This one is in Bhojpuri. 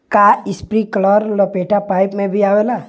का इस्प्रिंकलर लपेटा पाइप में भी आवेला?